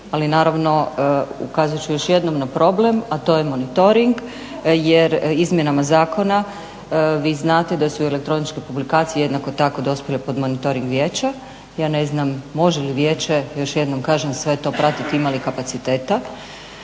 ali naravno ukazat ću još jednom na problem, a to je monitoring jer izmjenama zakona vi znate da su elektroničke publikacije jednako tako dospjele pod monitoring vijeća. Ja ne znam može li vijeće još jednom kažem to sve pratiti ima li kapaciteta.